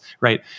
right